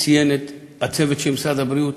הוא ציין את הצוות של משרד הבריאות.